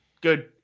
Good